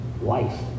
life